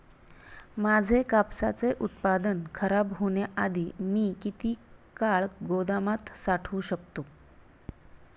माझे कापसाचे उत्पादन खराब होण्याआधी मी किती काळ गोदामात साठवू शकतो?